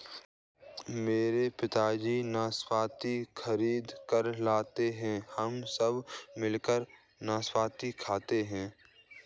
मेरे पिताजी नाशपाती खरीद कर लाते हैं हम सब मिलकर नाशपाती खाते हैं